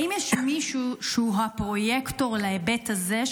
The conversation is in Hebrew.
האם יש מישהו שהוא הפרויקטור להיבט הזה,